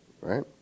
Right